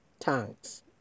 Thanks